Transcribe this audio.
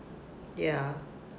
ya